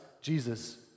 Jesus